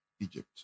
Egypt